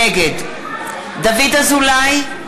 נגד דוד אזולאי,